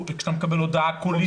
כשאתה מקבל הודעה קולית בעקבות איכון.